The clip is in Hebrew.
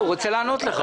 הוא רוצה לענות לך.